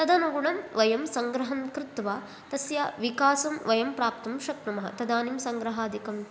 तद्नुगुणं वयं सङ्ग्रहं कृत्वा तस्य विकासं वयं प्राप्तुं शक्नुम तदानीं सङ्ग्रहाधिकं